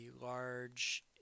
large